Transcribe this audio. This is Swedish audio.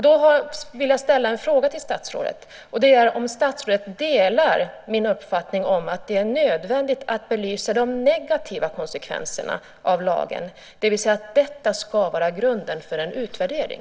Då vill jag ställa en fråga till statsrådet: Delar statsrådet min uppfattning att det är nödvändigt att belysa de negativa konsekvenserna av lagen, det vill säga att detta ska vara grunden för en utvärdering?